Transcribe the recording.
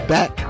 Back